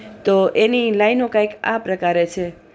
તો એની લાઈનો કાંઈક આ પ્રકારે છે